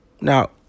Now